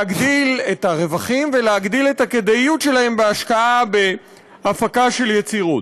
להגדיל את הרווחים ולהגדיל את הכדאיות שלהם בהשקעה בהפקה של יצירות.